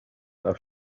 par